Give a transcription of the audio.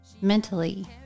mentally